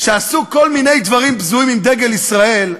שעשו כל מיני דברים בזויים עם דגל ישראל,